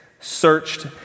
searched